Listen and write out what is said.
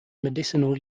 medicinal